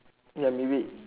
ya maybe